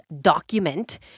document